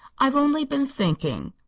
i've only been thinking.